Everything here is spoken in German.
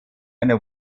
eine